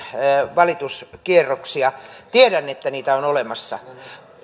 valituskierroksia tiedän että niitä on olemassa